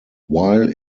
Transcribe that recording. while